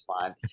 fine